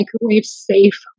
microwave-safe